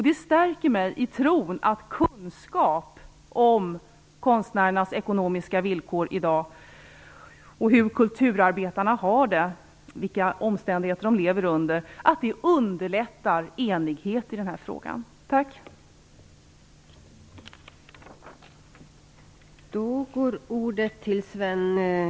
Det stärker mig i tron att kunskap om konstnärernas ekonomiska villkor och hur kulturarbetarna har det i dag, vilka omständigheter de lever under, underlättar enighet i den här frågan. Tack.